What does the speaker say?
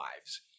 lives